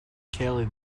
kelly